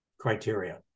criteria